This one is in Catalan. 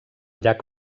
llac